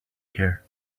here